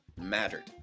mattered